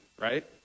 right